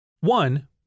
One